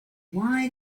why